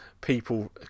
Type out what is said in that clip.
people